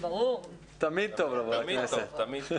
תמיד טוב לבוא לכנסת.